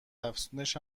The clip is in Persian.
افزونش